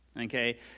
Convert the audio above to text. okay